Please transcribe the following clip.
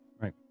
Right